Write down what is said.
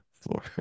floor